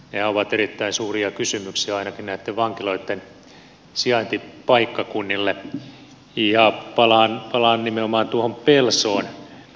nehän ovat erittäin suuria kysymyksiä ainakin näitten vankiloitten sijaintipaikkakunnille ja palaan nimenomaan tuohon pelsoon